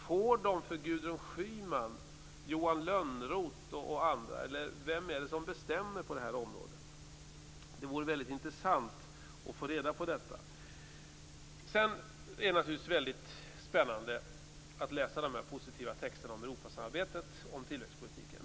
Får de göra det för Gudrun Schyman, Johan Lönnroth och andra, eller vem är det som bestämmer på det här området? Det vore väldigt intressant att få reda på detta. Det är väldigt spännande att läsa de positiva texterna om Europasamarbetet och tillväxtpolitiken.